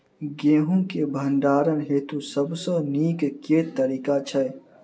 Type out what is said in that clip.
गेंहूँ केँ भण्डारण हेतु सबसँ नीक केँ तरीका छै?